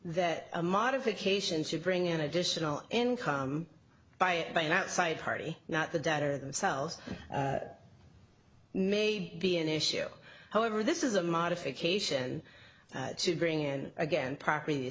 that a modification should bring in additional income by it by an outside party not the debtor themselves may be an issue however this is a modification to bring in again property